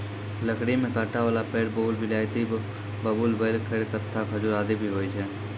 लकड़ी में कांटा वाला पेड़ बबूल, बिलायती बबूल, बेल, खैर, कत्था, खजूर आदि भी होय छै